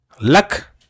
Luck